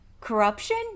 corruption